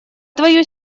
твою